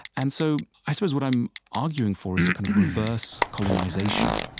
and so i suppose what i'm arguing for is a kind of reverse colonization